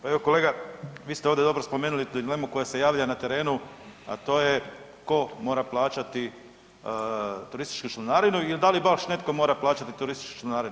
Pa evo kolega vi ste ovdje dobro spomenuli tu dilemu koja se javlja na terenu, a to je ko mora plaćati turističku članarinu i da li baš netko mora plaćati turističku članarinu.